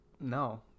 no